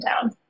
town